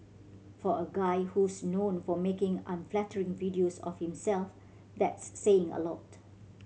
for a guy who's known for making unflattering videos of himself that's saying a lot